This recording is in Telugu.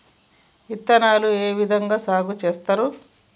విత్తనాలు ఏ విధంగా సాగు చేస్తారు?